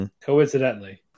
Coincidentally